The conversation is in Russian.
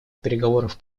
переговоров